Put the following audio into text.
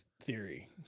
Theory